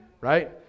right